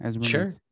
Sure